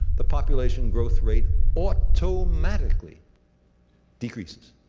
the population growth rate automatically decreases.